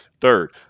third